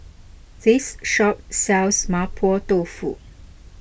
this shop sells Mapo Dofu